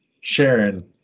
Sharon